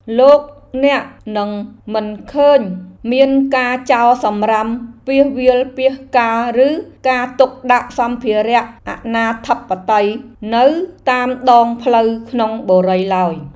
លោកអ្នកនឹងមិនឃើញមានការចោលសំរាមពាសវាលពាសកាលឬការទុកដាក់សម្ភារៈអនាធិបតេយ្យនៅតាមដងផ្លូវក្នុងបុរីឡើយ។